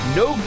no